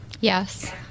Yes